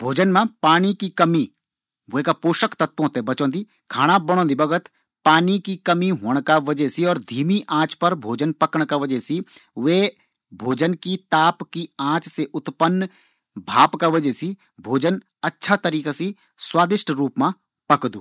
भोजन मा पाणी की कमी वेका पोषक तत्वों ते बच्चोंदी आमतौर पर भाप मा पकया भोजन ज्यादा स्वादिष्ट और पोषण युक्त होन्दु